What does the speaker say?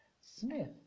Smith